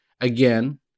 again